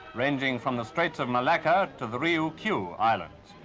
ranging from the straits of malacca to the ryukyu islands.